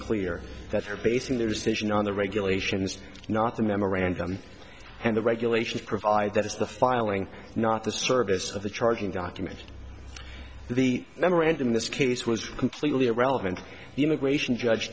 clear that her basing their decision on the regulations not the memorandum and the regulations provide that the filing not the service of the charging documents the memorandum in this case was completely irrelevant the immigration judge